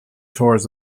tours